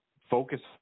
focus